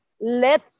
let